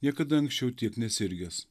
niekada anksčiau tiek nesirgęs